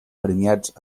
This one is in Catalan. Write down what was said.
premiats